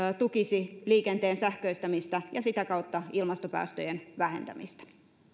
tukisi liikenteen sähköistämistä ja sitä kautta ilmastopäästöjen vähentämistä